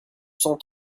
cent